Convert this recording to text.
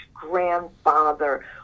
grandfather